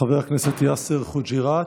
חבר הכנסת יאסר חוג'יראת,